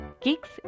Geeks